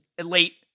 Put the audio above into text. late